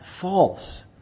False